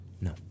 No